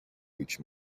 which